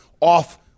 off